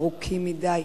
ארוכים מדי,